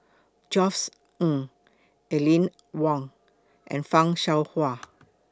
Josef Ng Aline Wong and fan Shao Hua